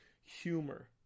humor